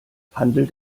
handelt